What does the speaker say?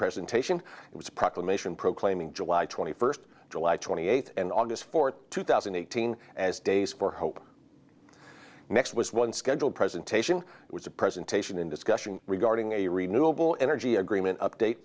presentation it was a proclamation proclaiming july twenty first july twenty eighth and august fourth two thousand and eighteen as days for hope next was one scheduled presentation it was a presentation in discussion regarding a renewable energy agreement update